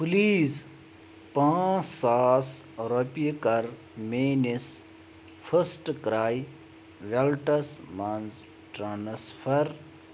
please پانٛژھ ساس رۄپیہِ کر میٲنِس فٔسٹ کرٛاے ویلٹس مَنٛز ٹرانسفر